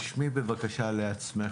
רשמי לעצמך,